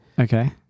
okay